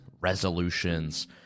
resolutions